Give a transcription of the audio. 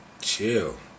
chill